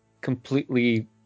completely